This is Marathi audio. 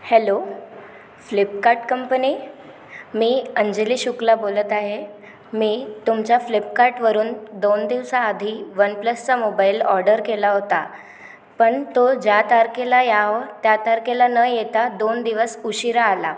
हॅलो फ्लिपकार्ट कंपनी मी अंजली शुक्ला बोलत आहे मी तुमच्या फ्लिपकार्टवरून दोन दिवसाआधी वन प्लसचा मोबाईल ऑर्डर केला होता पण तो ज्या तारखेला यावं त्या तारखेला न येता दोन दिवस उशिरा आला